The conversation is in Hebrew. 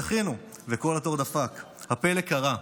זכינו וקול התור דפק, הפלא קרה.